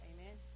Amen